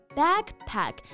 backpack